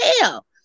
hell